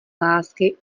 lásky